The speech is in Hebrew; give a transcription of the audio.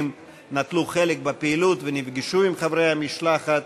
נטלו חלק בפעילות ונפגשו עם חברי המשלחת,